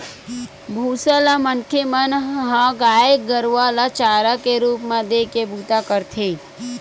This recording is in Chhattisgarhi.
भूसा ल मनखे मन ह गाय गरुवा ल चारा के रुप म देय के बूता करथे